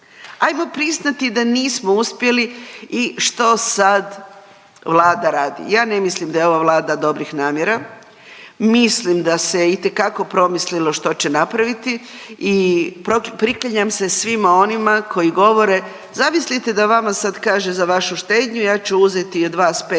Ajmo priznati da nismo uspjeli i što sad Vlada radi. Ja ne mislim da je ova Vlada dobrih namjera. Mislim da se itekako promislilo što će napraviti i priklanjam se svima onima koji govore, zamislite da vama sad kaže za vašu štednju, ja ću uzeti od vas